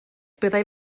byddai